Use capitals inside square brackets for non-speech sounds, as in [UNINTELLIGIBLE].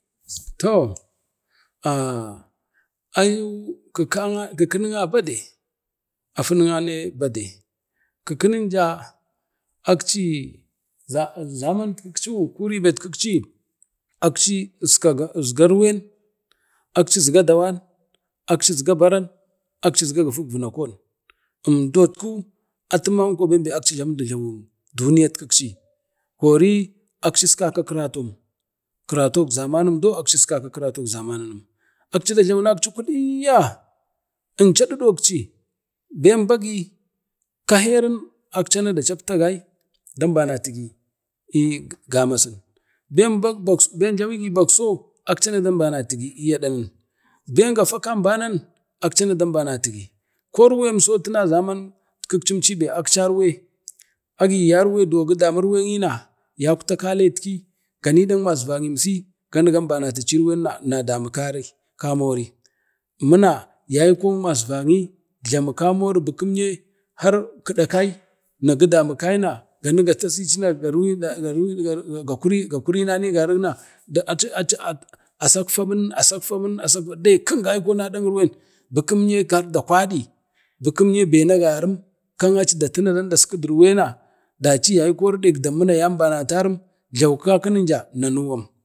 toh ah ayu ke kekeni ja bade afinyane bade, kikininja aci zamani kikci [UNINTELLIGIBLE] kuribet kikci akci izgarwen, akci izga dawan, akci izga bəran, akci izga gifik vanakon umdot ku akci manko akci Jlamudu Jlawuk duiyat kikci kori akcis kaka kiratonum, kirotok zamanum do akcis kake kiratonum akci da jlawinakci kuliyya, akci əmcho əɗudok ci, ben bagi kak herin akchana da chapti agai dan banatigi i gamasin, ben jlawigi bakso akchama danbanatigi i aɗanin, ben gafa kambanan akchana dambanati, korwen zamanit kikci agiyarwe duwon gidamin way kwaya yakta kaletki ganiren masvanyim si na nadani kari kamori mma yaikon masvanye jlamu kamori gari kiɗa bai na gidamu kaina gani gatasici na gakuri nan i gari aci aci aci asak famin asak famin dekin əngaikon aɗarwen bikimy dan dakwasi bikimye ben agarin kam aci dati na daskirwen dci yai kori na yambanatarim jlawu kakuninja nanukwan.